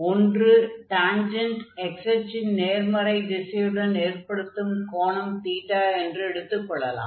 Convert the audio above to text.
ஒன்று tangent x அச்சின் நேர்மறை திசையுடன் ஏற்படுத்தும் கோணம் என்று எடுத்துக் கொள்ளலாம்